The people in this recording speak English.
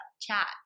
Chat